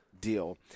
deal